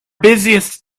busiest